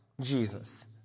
Jesus